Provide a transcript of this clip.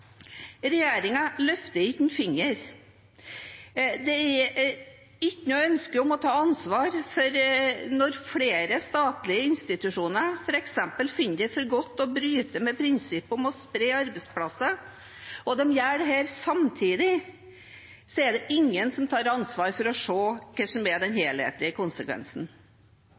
løfter ikke en finger. Det er ikke noe ønske om å ta ansvar når flere statlige institusjoner f.eks. finner det for godt å bryte med prinsippet om å spre arbeidsplasser og gjør dette samtidig. Da er det ingen som tar ansvar for å se hva som er den helhetlige konsekvensen.